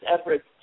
efforts